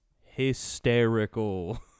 hysterical